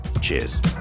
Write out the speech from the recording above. Cheers